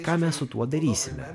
ką mes su tuo darysime